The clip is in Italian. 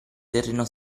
terreno